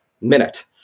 minute